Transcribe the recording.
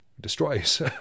destroys